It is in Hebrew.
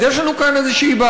אז יש לנו כאן איזו בעיה.